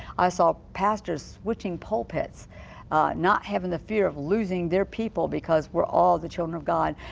i saw pastors switching pulpits not having the fear of losing their people because were all the children of god.